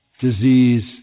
disease